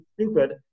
stupid